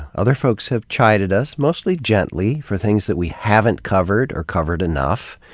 other folks have chided us, mostly gently, for things that we haven't covered, or covered enough.